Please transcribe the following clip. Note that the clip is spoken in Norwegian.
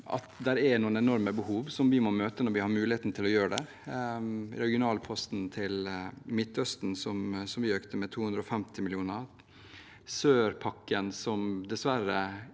at det er noen enorme behov vi må møte når vi har muligheten til å gjøre det, f.eks. regionalposten til Midtøsten, som vi økte med 250 mill. kr. Sør-pakken, som dessverre